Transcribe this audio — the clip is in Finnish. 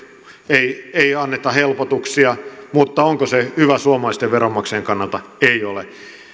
ei ei anneta helpotuksia mutta onko se hyvä suomalaisten veronmaksajien kannalta ei ole